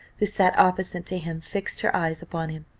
who sat opposite to him, fixed her eyes upon him.